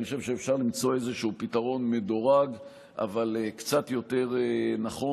אני חושב שאפשר למצוא איזשהו פתרון מדורג אבל קצת יותר נכון,